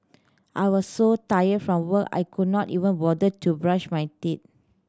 I was so tired from work I could not even bother to brush my teeth